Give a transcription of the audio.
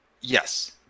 yes